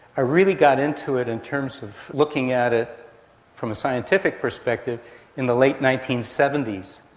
i really got into it in terms of looking at it from a scientific perspective in the late nineteen seventy s,